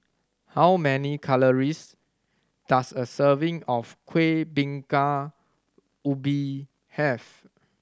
how many calories does a serving of Kueh Bingka Ubi have